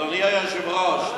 אדוני היושב-ראש,